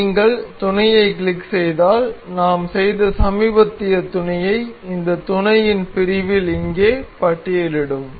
நீங்கள் துணையை கிளிக் செய்தால் நாம் செய்த சமீபத்திய துணையை இந்த துணையின் பிரிவில் இங்கே பட்டியலிடும்